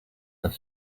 does